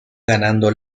ganando